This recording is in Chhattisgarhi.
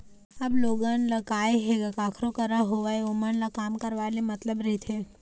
अब लोगन ल काय हे गा कखरो करा होवय ओमन ल काम करवाय ले मतलब रहिथे